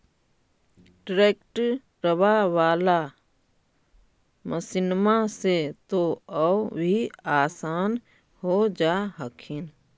ट्रैक्टरबा बाला मसिन्मा से तो औ भी आसन हो जा हखिन?